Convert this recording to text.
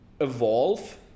evolve